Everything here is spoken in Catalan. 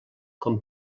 com